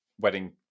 wedding